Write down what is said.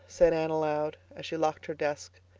said anne aloud, as she locked her desk.